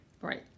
Right